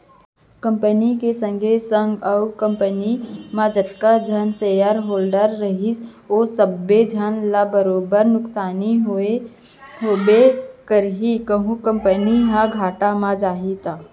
company के संगे संग ओ कंपनी म जतका झन सेयर होल्डर रइही ओ सबे झन ल बरोबर नुकसानी होबे करही कहूं कंपनी ह घाटा म जाही त